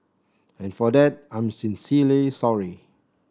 and for that I'm sincerely sorry